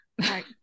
Right